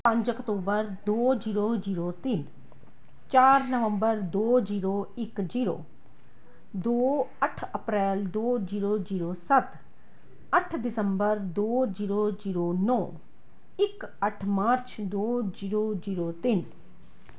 ਪੰਜ ਅਕਤੂਬਰ ਦੋ ਜੀਰੋ ਜੀਰੋ ਜੀਰੋ ਤਿੰਨ ਚਾਰ ਨਵੰਬਰ ਦੋ ਜੀਰੋ ਇੱਕ ਜੀਰੋ ਦੋ ਅੱਠ ਅਪ੍ਰੈਲ ਦੋ ਜੀਰੋ ਜੀਰੋ ਸੱਤ ਅੱਠ ਦਿਸੰਬਰ ਦੋ ਜੀਰੋ ਜੀਰੋ ਨੌਂ ਇੱਕ ਅੱਠ ਮਾਰਚ ਦੋ ਜੀਰੋ ਜੀਰੋ ਤਿੰਨ